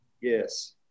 yes